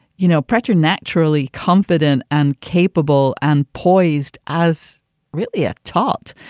you know, preternaturally confident and capable and poised as really ah taught.